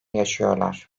yaşıyorlar